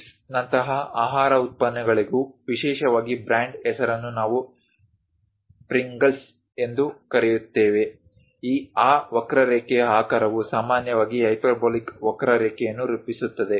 chips ನಂತಹ ಆಹಾರ ಉತ್ಪನ್ನಗಳಿಗೂ ವಿಶೇಷವಾಗಿ ಬ್ರಾಂಡ್ ಹೆಸರನ್ನು ನಾವು ಪ್ರಿಂಗಲ್ಸ್ ಎಂದು ಕರೆಯುತ್ತೇವೆ ಆ ವಕ್ರರೇಖೆಯ ಆಕಾರವು ಸಾಮಾನ್ಯವಾಗಿ ಹೈಪರ್ಬೋಲಿಕ್ ವಕ್ರರೇಖೆಯನ್ನು ರೂಪಿಸುತ್ತದೆ